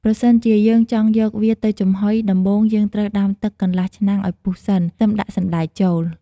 ប្រសិនជា យើងចង់យកវាទៅចំហុយ ដំបូងយើងត្រូវដាំទឹកកន្លះឆ្នាំងឲ្យពុះសិន សិមដាក់សណ្ដែកចូល។